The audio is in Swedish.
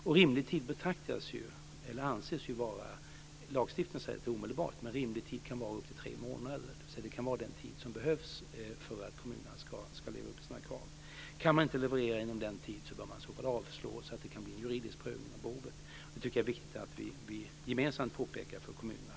Och rimlig tid anses ju vara, även om lagstiftningen säger att det är omedelbart, upp till tre månader. Det kan alltså vara den tid som behövs för att kommunerna ska leva upp till sina krav. Kan man inte leverera inom den tiden bör man i så fall avslå så att det kan bli en juridisk prövning av behovet. Jag tycker att det är viktigt att vi gemensamt påpekar detta för kommunerna.